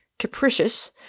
capricious